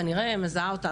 כנראה היא מזהה אותה.